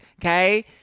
Okay